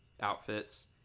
outfits